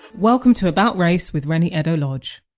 welcome to about race with reni eddo-lodge